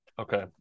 okay